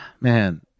Man